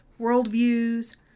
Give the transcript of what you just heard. worldviews